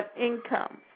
income